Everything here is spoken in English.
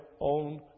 own